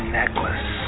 necklace